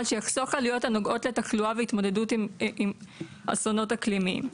שיחסוך עלויות הנוגעות לתחלואה והתמודדות עם אסונות אקלימיים,